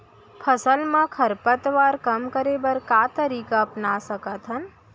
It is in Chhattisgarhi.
फसल मा खरपतवार कम करे बर का तरीका अपना सकत हन?